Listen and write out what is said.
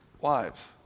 wives